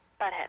Butthead